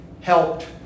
helped